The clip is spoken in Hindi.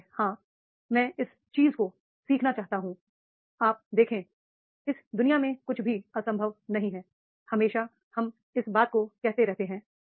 यही है हाँ मैं इस चीज को सीखना चाहता हूं आप देखें इस दु निया में कुछ भी असंभव नहीं है हमेशा हम इस बात को कहते रहते हैं